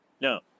No